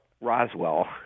Roswell